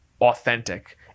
authentic